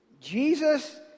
Jesus